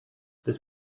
this